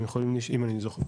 אם אני זוכר,